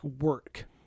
work